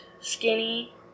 skinny